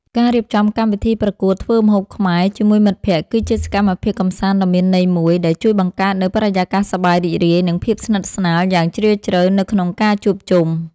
ការរៀបចំកម្មវិធីប្រកួតធ្វើម្ហូបខ្មែរជាមួយមិត្តភក្តិ គឺជាសកម្មភាពកម្សាន្តដ៏មានន័យមួយ ដែលជួយបង្កើតនូវបរិយាកាសសប្បាយរីករាយ និងភាពស្និទ្ធស្នាលយ៉ាងជ្រាលជ្រៅនៅក្នុងការជួបជុំ។